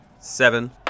Seven